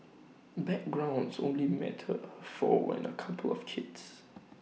backgrounds only matter for when A couple have kids